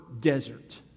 desert